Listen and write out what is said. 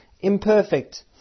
imperfect